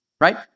Right